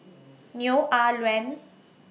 Neo Ah Luan